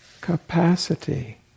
capacity